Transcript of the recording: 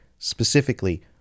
Specifically